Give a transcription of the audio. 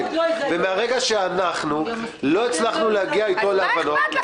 ברגע שלא הצלחנו להגיע אתו להבנות התקדמנו